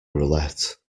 roulette